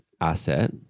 asset